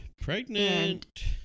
Pregnant